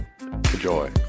Enjoy